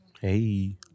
Hey